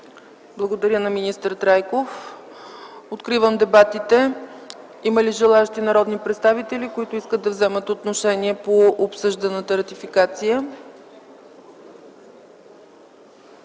Благодаря на министър Трайков. Откривам дебатите. Има ли народни представители, желаещи да вземат отношение по обсъжданата ратификация?